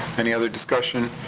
any other discussion?